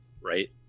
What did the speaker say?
right